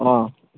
অঁ